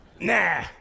Nah